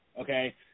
Okay